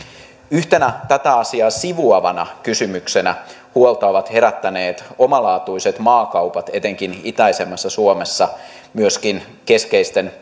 yhtenä tätä asiaa sivuavana kysymyksenä huolta ovat herättäneet omalaatuiset maakaupat etenkin itäisemmässä suomessa myöskin keskeisten